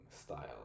style